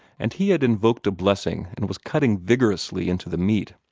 and he had invoked a blessing and was cutting vigorously into the meat.